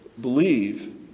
believe